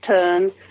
turn